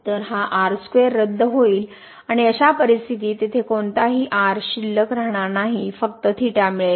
तर हा r square रद्द होईल आणि अशा परिस्थितीत तिथे कोणताही r शिल्लक राहणार नाही फक्त मिळेल